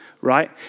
right